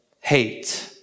hate